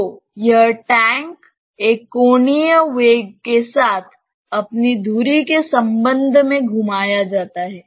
तो यह टैंक एक कोणीय वेग के साथ अपनी धुरी के संबंध में घुमाया जाता है